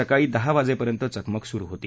सकाळी दहा वाजेपर्यंत चकमक चालू होती